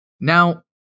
Now